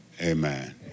Amen